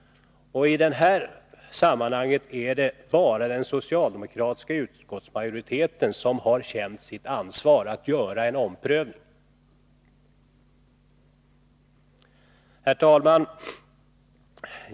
I det här sammanhanget är det bara den socialdemokratiska utskottsmajoriteten som har känt sitt ansvar att göra en omprövning. Herr talman!